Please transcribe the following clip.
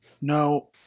No